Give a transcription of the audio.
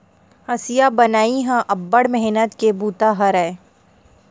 हँसिया बनई ह अब्बड़ मेहनत के बूता हरय